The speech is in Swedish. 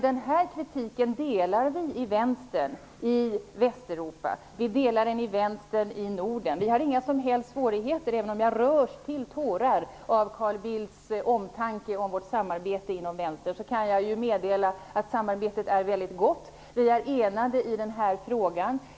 Denna kritik delar vi i Vänstern i Västeuropa och i Vänstern i Norden. Vi har inga som helst svårigheter. Även om jag rörs till tårar av Carl Bildts omtanke om vårt samarbete inom Vänstern, kan jag meddela att samarbetet är väldigt gott. Vi är eniga i den här frågan.